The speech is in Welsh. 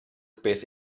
beth